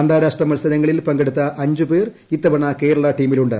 അന്താരാഷ്ട്ര മത്സരങ്ങളിൽ പങ്കെടുത്ത അഞ്ച് പേർ ഇത്തവണ കേരള ടീമിലുണ്ട്